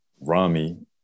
Rami